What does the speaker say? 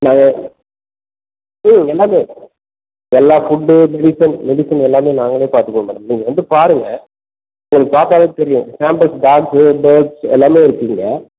நாங்கள் ம் எல்லாமே எல்லா ஃபுட்டு மெடிசன்ஸ் மெடிசன் எல்லாமே நாங்களே பார்த்துக்குவோம் மேடம் நீங்கள் வந்து பாருங்கள் உங்களுக்கு பார்த்தாவே தெரியும் பாம்பெர்ஸ் டாக்கு டோட்ஸ் எல்லாமே இருக்குது இங்கே